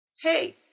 Hey